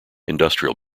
industrial